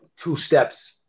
two-steps